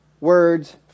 words